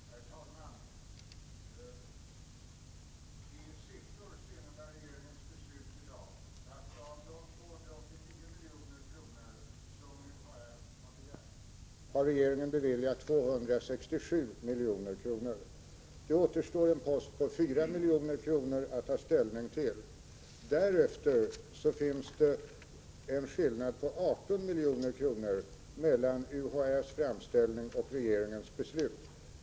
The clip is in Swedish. Herr talman! I siffror innebär regeringens beslut i dag att av de 289 miljoner som UHÄ har begärt har regeringen beviljat 267 milj.kr. Det återstår en post på 4 miljoner att ta ställning till. Därefter finns det en skillnad på 18 milj.kr. mellan UHÄ:s framställning och regeringens beslut.